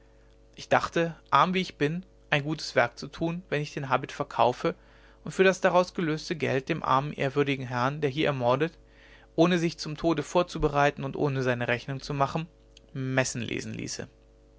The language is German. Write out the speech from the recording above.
ich dachte arm wie ich bin ein gutes werk zu tun wenn ich den habit verkaufe und für das daraus gelöste geld dem armen ehrwürdigen herrn der hier ermordet ohne sich zum tode vorzubereiten und seine rechnung zu machen messen lesen ließe